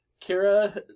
Kira